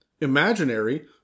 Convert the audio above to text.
Imaginary